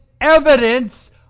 evidence